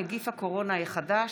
נגיף הקורונה החדש),